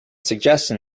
suggestion